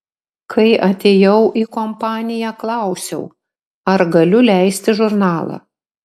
kai atėjau į kompaniją klausiau ar galiu leisti žurnalą